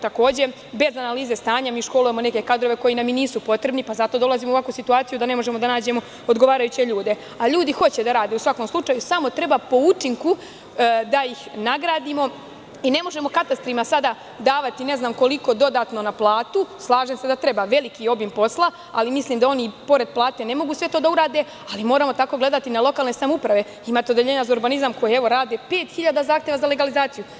Takođe, bez analize stanja, mi školujemo neke kadrove koji nam nisu potrebni, pa zato dolazimo u ovakvu situaciju da ne možemo da nađem odgovarajuće ljudi, a ljudi hoće da rade, u svakom slučaju, samo treba po učinku da ih nagradimo i ne možemo katastrima sada davati dodatno na platu, slažem se da treba, veliki obim posla, ali oni ne mogu sve to da urade, ali moramo tako gledati na lokalne samouprave jer imate odeljenje za urbanizam koji radi pet hiljada zahteva za legalizaciju.